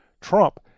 Trump